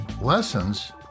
Lessons